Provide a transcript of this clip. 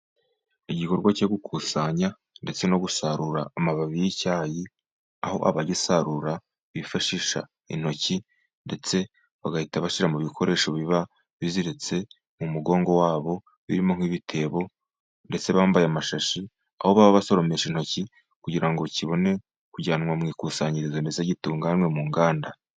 Igikorwa cyo gukusanya ndetse no gusarura amababi y'icyayi, aho abagisarura bifashisha intoki ndetse bagahita bashyira mu bikoresho biba biziritse mu mugongo wabo, birimo nk'ibitebo ndetse bambaye amashashi, aho baba basoromesha intoki kugira ngo kibone kujyanwa mu ikusanyirizo ndetse gitunganwe mu nganda.